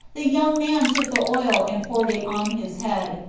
the young man took the oil, and poured it on his head,